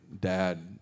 dad